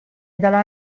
dalla